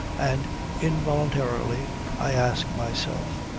and involuntarily i ask myself,